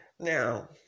Now